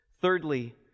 Thirdly